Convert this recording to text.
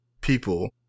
people